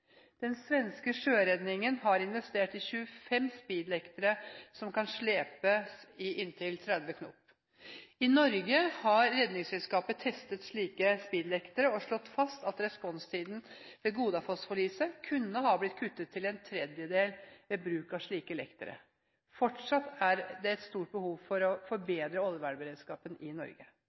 Den svenske sjøredningen har investert i 25 speedlektere som kan slepes i inntil 30 knop. I Norge har Redningsselskapet testet slike speedlektere og slått fast at responstiden ved «Godafoss»-forliset kunne ha blitt kuttet til en tredjedel ved bruk av slike lektere. Fortsatt er det et stort behov for å forbedre oljevernberedskapen i Norge.